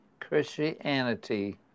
Christianity